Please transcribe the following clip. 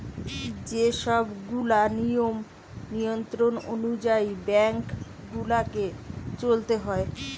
যে সব গুলা নিয়ম নিয়ন্ত্রণ অনুযায়ী বেঙ্ক গুলাকে চলতে হয়